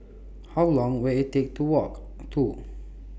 How Long Will IT Take to Walk to